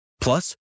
Plus